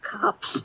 cops